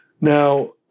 Now